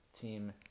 team